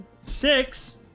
Six